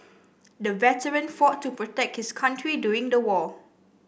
the veteran fought to protect his country during the war